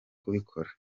kubikora